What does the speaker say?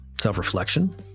self-reflection